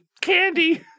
candy